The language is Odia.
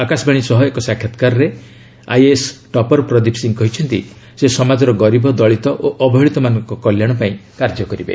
ଆକାଶବାଣୀ ସହ ଏକ ସାକ୍ଷାତକାରରେ ଆଇଏଏସ୍ ଟପର ପ୍ରଦୀପ ସିଂହ କହିଛନ୍ତି ସେ ସମାଜର ଗରିବ ଦଳୀତ ଓ ଅବହେଳିତ ମାନଙ୍କ କଲ୍ୟାଣ ପାଇଁ କାର୍ଯ୍ୟ କରିବେ